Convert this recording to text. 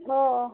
हो